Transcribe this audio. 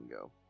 go